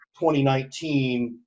2019